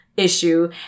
issue